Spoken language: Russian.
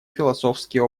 философские